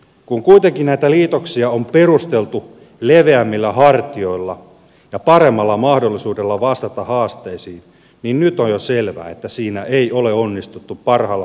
kun kuitenkin näitä liitoksia on perusteltu leveämmillä hartioilla ja paremmalla mahdollisuudella vastata haasteisiin niin nyt on jo selvää että siinä ei ole onnistuttu parhaalla mahdollisella tavalla